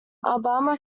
alabama